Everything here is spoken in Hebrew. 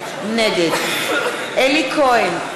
נגד אלי כהן,